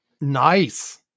Nice